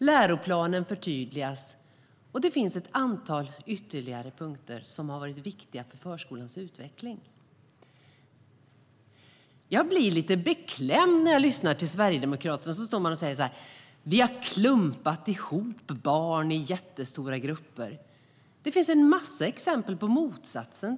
Läroplanen förtydligades, och det finns ett antal ytterligare punkter som har varit viktiga för förskolans utveckling. Jag blir lite beklämd när jag lyssnar till Sverigedemokraterna, som talar om att vi har "klumpat ihop barn i jättestora grupper". Det finns en massa exempel på motsatsen.